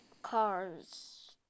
Cars